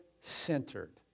centered